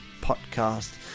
podcast